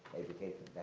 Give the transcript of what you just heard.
education.